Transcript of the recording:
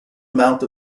amount